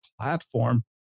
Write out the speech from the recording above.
platform